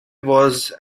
was